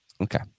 Okay